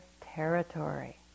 territory